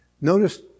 Notice